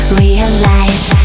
realize